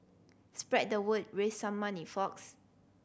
spread the word raise some money folks